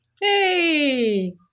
Hey